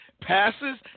passes